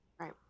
Right